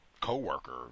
coworker